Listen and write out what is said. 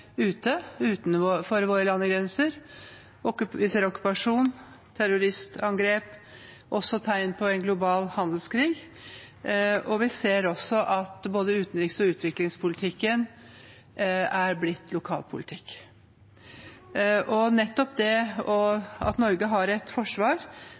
ute, utenfor våre landegrenser. Vi ser okkupasjon, terroristangrep og også tegn på en global handelskrig. Vi ser også at både utenriks- og utviklingspolitikken er blitt lokalpolitikk. Nettopp det